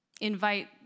invite